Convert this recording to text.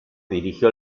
dirigió